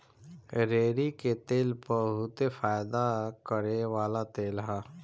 रेड़ी के तेल बहुते फयदा करेवाला तेल ह